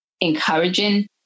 encouraging